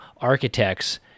architects